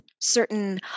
certain